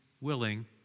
willing